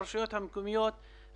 70 מיליון שקל תוסיפו,